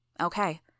Okay